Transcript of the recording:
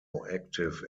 active